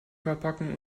verpackung